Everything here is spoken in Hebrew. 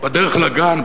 בדרך לגן,